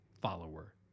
follower